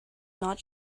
not